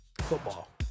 Football